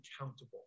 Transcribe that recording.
accountable